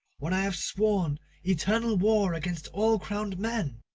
when i have sworn eternal war against all crowned men!